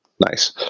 nice